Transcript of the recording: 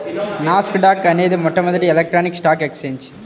నాస్ dock అనేది మొట్టమొదటి electronic stock exchange